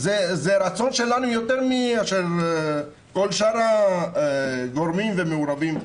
זה רצון שלנו יותר מאשר כל שאר הגורמים והמעורבים.